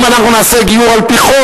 אם אנחנו נעשה גיור על-פי חוק,